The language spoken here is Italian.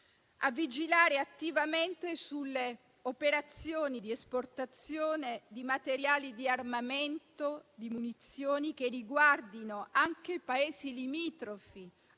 a vigilare attivamente sulle operazioni di esportazione di materiali di armamento e munizioni che riguardino anche Paesi limitrofi